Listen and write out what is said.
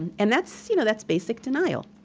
and and that's you know that's basic denial.